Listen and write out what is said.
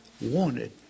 wanted